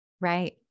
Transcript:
Right